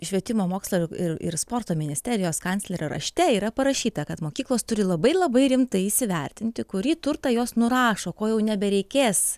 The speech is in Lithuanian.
švietimo mokslo ir ir sporto ministerijos kanclerio rašte yra parašyta kad mokyklos turi labai labai rimtai įsivertinti kurį turtą jos nurašo ko jau nebereikės